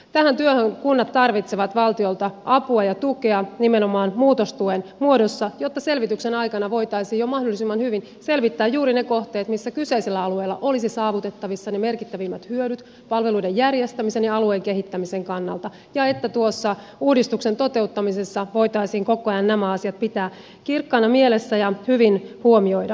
tähän työhön kunnat tarvitsevat valtiolta apua ja tukea nimenomaan muutostuen muodossa jotta selvityksen aikana voitaisiin jo mahdollisimman hyvin selvittää juuri ne kohteet missä kyseisillä alueilla olisivat saavutettavissa ne merkittävimmät hyödyt palveluiden järjestämisen ja alueen kehittämisen kannalta ja jotta tuossa uudistuksen toteuttamisessa voitaisiin koko ajan nämä asiat pitää kirkkaina mielessä ja hyvin huomioida